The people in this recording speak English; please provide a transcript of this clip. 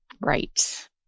right